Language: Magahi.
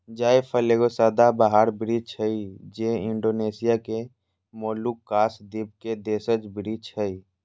जायफल एगो सदाबहार वृक्ष हइ जे इण्डोनेशिया के मोलुकास द्वीप के देशज वृक्ष हइ